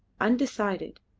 undecided,